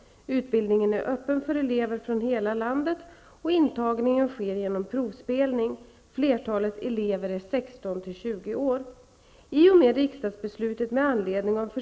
Utbildningen är öppen för elever från hela landet, och intagningen sker genom provspelning. Flertalet elever är 16—20 år.